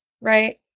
right